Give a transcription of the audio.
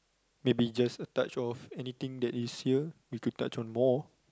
maybe a just a touch of anything that is here we could touch on more